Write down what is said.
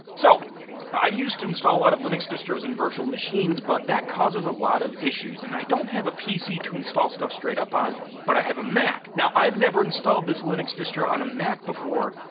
so i used to install a lot of linux distros in virtual machines but that causes a lot of issues and i don't have a pc to install stuff straight up on but i have a mac. now i've never installed this linux distro on a mac before,